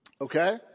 Okay